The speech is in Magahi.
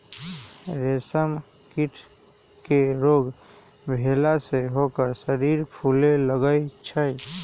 रेशम कीट के रोग भेला से ओकर शरीर फुले लगैए छइ